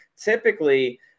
typically